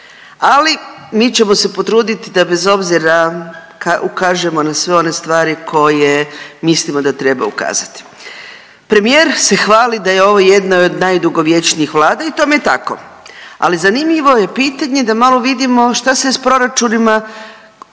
Ali mi ćemo se potruditi da bez obzira ukažemo na sve one stvari koje mislimo da treba ukazati. Premijer se hvali da je ovo jedna od najdugovječnijih vlada i tome je tako, ali zanimljivo je pitanje da malo vidimo šta se s proračunima desilo